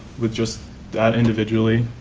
with just that individually